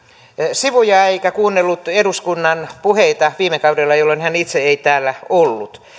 sivuja eikä kuunnellut eduskunnan puheita viime kaudella jolloin hän itse ei täällä ollut